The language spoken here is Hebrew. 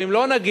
ואם לא נגיע,